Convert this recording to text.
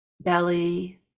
belly